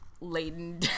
laden